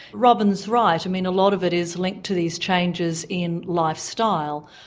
robyn's right, i mean, a lot of it is linked to these changes in lifestyle,